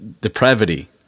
depravity